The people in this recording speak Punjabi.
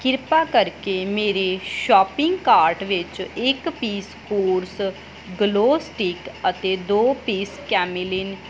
ਕਿਰਪਾ ਕਰਕੇ ਮੇਰੇ ਸ਼ਾਪਿੰਗ ਕਾਰਟ ਵਿੱਚ ਇੱਕ ਪੀਸ ਕੋਰਸ ਗਲੋ ਸਟਿਕ ਅਤੇ ਦੋ ਪੀਸ ਕੈਮਲਿਨ